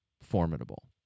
formidable